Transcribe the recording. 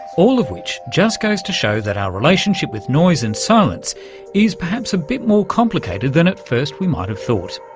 all of which just goes to show that our relationship with noise and silence is perhaps a bit more complicated than at first we might have thought.